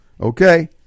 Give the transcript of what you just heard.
okay